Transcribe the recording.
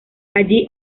allí